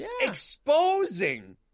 exposing